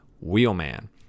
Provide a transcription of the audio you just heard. Wheelman